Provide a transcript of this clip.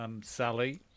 Sally